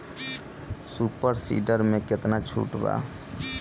Super seeder मै कितना छुट बा?